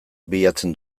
bilatzen